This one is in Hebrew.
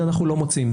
זה אנו לא מוצאים.